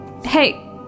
Hey